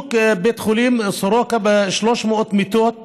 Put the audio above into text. חיזוק בית חולים סורוקה ב-300 מיטות